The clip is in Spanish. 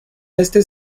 este